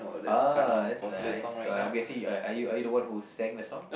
ah that's nice so I'm guessing are you are you the one who sang the song